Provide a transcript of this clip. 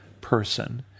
person